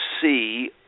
see